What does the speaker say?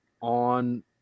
on